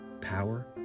Power